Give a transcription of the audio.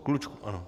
Klučku, ano.